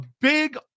big